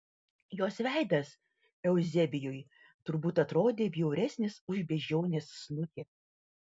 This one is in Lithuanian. jos veidas euzebijui turbūt atrodė bjauresnis už beždžionės snukį